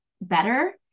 better